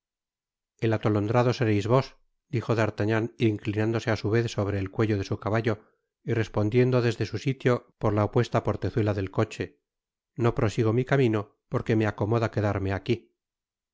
el atolondrado sereis vos dijo d'artagnan inclinándose á su vez sobre el cuello de su caballo y respondiendo desde su sitio por la opuesta portezuela de coche no prosigo mi camino porque me acomoda quedarme aqui